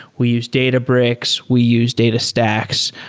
we use databricks. we use datastacks.